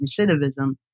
recidivism